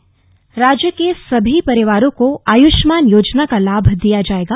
आयुष्मान भारत राज्य के सभी परिवारों को आयुष्मान योजना का लाभ दिया जाएगा